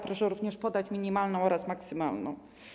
Proszę również podać minimalną oraz maksymalną.